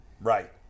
Right